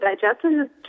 digestion